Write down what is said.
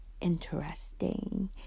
interesting